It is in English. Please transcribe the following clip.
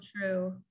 true